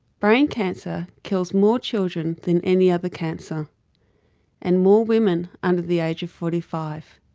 brain cancer kills more children than any other cancer and more women under the age of forty five.